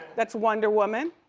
that's wonder woman.